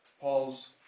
Paul's